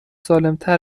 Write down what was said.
سالمتر